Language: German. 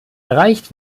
erreicht